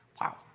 wow